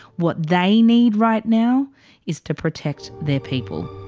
what they need right now is to protect their people.